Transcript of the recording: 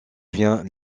vient